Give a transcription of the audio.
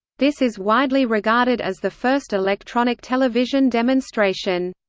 this is widely regarded as the first electronic television demonstration.